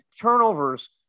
turnovers